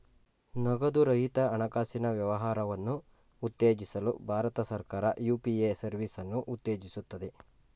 ನಗದು ರಹಿತ ಹಣಕಾಸಿನ ವ್ಯವಹಾರವನ್ನು ಉತ್ತೇಜಿಸಲು ಭಾರತ ಸರ್ಕಾರ ಯು.ಪಿ.ಎ ಸರ್ವಿಸನ್ನು ಉತ್ತೇಜಿಸುತ್ತದೆ